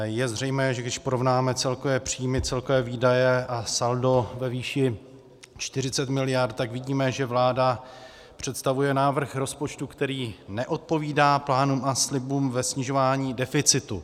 Je zřejmé, že když porovnáme celkové příjmy, celkové výdaje a saldo ve výši 40 mld., tak vidíme, že vláda představuje návrh rozpočtu, který neodpovídá plánům a slibům ve snižování deficitu.